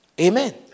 Amen